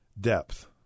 depth